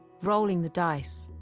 rolling the dice,